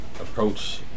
approach